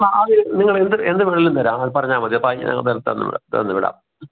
ആ അത് നിങ്ങൾ എന്തു എന്ത് വേണമെങ്കിലും തരാം അത് പറഞ്ഞാൽമതി അപ്പോൾ അത് ഞാൻ നേരെ തന്നു വിടാം തന്നു വിടാം